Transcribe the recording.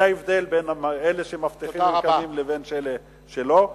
זה ההבדל בין אלה שמבטיחים ומקיימים לבין אלה שלא.